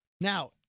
Now